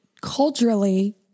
culturally